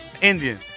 Indian